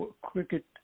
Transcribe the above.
Cricket